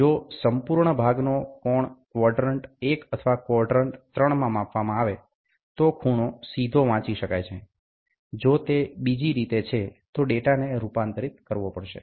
જો સંપૂર્ણ ભાગનો કોણ ક્વોડ્રેંટ 1 અથવા ક્વોડ્રેંટ 3માં માપવામાં આવે તો ખૂણો સીધો વાંચી શકાય છે જો તે બીજી રીતે છે તો ડેટા ને રૂપાંતરિત કરવો પડશે